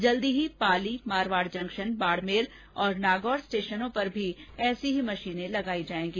जल्दी ही पाली मारवाड जंक्शन बाडमेर और नागौर स्टेषनों पर भी ऐसी मषीनें लगायी जायेंगी